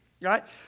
right